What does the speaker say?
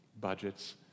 budgets